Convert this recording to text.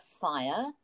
fire